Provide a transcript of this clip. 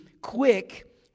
quick